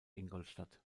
ingolstadt